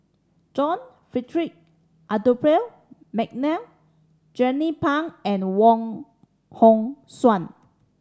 John Frederick Adolphus McNair Jernnine Pang and Wong Hong Suen